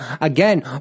Again